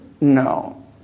No